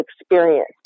experience